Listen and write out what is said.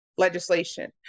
Legislation